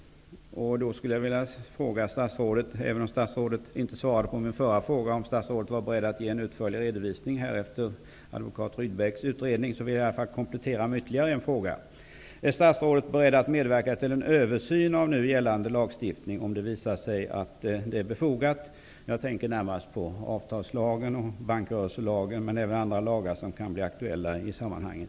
Jag vill ställa ytterligare en fråga till statsrådet, även om statsrådet inte svarade på min förra fråga, om statsrådet är beredd att ge en utförlig redovisning här efter advokat Rydbecks utredning. Min kompletterande fråga är följande: Är statsrådet beredd att medverka till en översyn av nu gällande lagstiftning, om det visar sig befogat? Jag tänker närmast på avtalslagen och bankrörelselagen, men även på andra lagar som kan bli aktuella i sammanhanget.